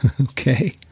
Okay